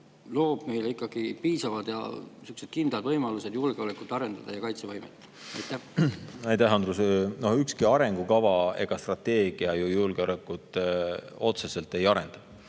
loob meile ikkagi piisavad ja kindlad võimalused julgeolekut ja kaitsevõimet arendada? Aitäh, Andrus! No ükski arengukava ega strateegia ju julgeolekut otseselt ei arenda.